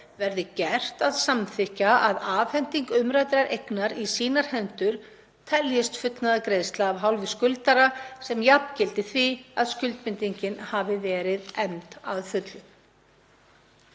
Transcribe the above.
verði gert að samþykkja að afhending umræddrar eignar í sínar hendur teljist fullnaðargreiðsla af hálfu skuldara sem jafngildi því að skuldbindingin hafi verið efnd að fullu.